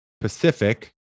Pacific